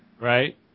Right